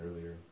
earlier